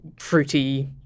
fruity